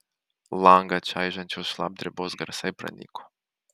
langą čaižančios šlapdribos garsai pranyko